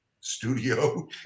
studio